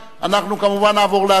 אנחנו כמובן נעבור להצבעה.